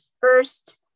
first